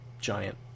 giant